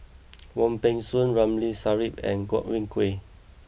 Wong Peng Soon Ramli Sarip and Godwin Koay